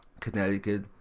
Connecticut